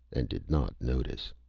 and did not notice.